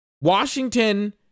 Washington